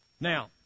Now